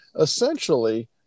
Essentially